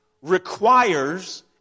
requires